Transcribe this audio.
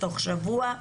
תוך שבוע,